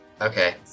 Okay